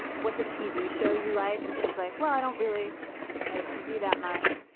what's a tv show you like? and she's like, well, i don't really like tv that much.